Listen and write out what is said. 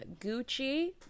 Gucci